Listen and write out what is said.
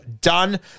done